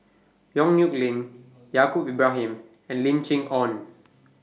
Yong Nyuk Lin Yaacob Ibrahim and Lim Chee Onn